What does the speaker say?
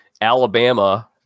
Alabama